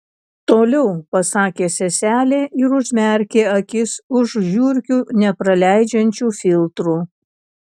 toliau pasakė seselė ir užmerkė akis už žiurkių nepraleidžiančių filtrų